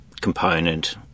component